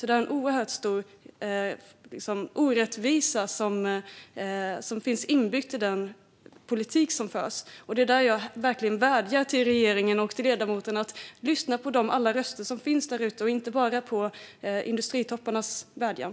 Det finns alltså en stor orättvisa inbyggd i den politik som förs. Jag vädjar verkligen till regeringen och ledamoten att lyssna till alla de röster som finns därute och inte bara på industritopparnas vädjan.